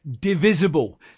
divisible